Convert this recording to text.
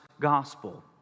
Gospel